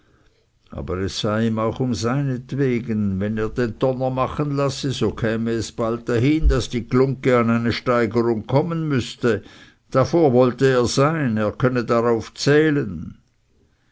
aber es sei ihm auch um seinetwegen wenn er den donner machen lasse so käme es bald dahin daß die glungge an eine steigerung kommen müßte davor wolle er sein er könne darauf zählen